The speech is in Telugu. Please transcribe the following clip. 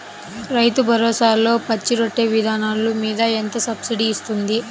రైతు భరోసాలో పచ్చి రొట్టె విత్తనాలు మీద ఎంత సబ్సిడీ ఇస్తుంది?